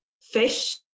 fish